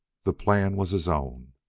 the plan was his own,